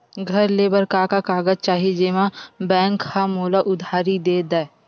घर ले बर का का कागज चाही जेम मा बैंक हा मोला उधारी दे दय?